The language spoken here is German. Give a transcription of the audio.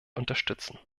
unterstützen